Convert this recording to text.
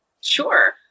sure